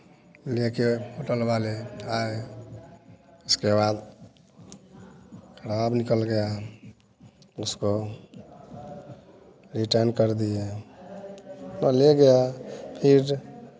लेके होटल वाले आए उसके बाद खराब निकल गया उसको रिटर्न कर दिए वो ले गया फिर